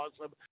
awesome